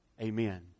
Amen